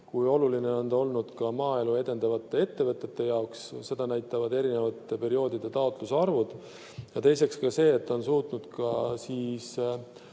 kui oluline on see olnud maaelu edendavate ettevõtete jaoks. Seda näitavad eri perioodide taotluste arvud. Ja teiseks ka see, et ta on suutnud olla sellises